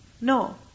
No